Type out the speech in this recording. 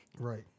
Right